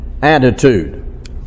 attitude